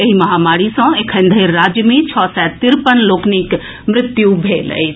एहि महामारी सॅ एखनधरि राज्य मे छओ सय तिरपन लोकनिक मृत्यु भेल अछि